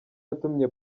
yatumye